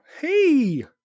Hey